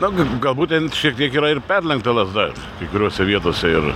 na g gal būtent šiek tiek yra ir perlenkta lazda kai kuriose vietose ir